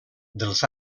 dels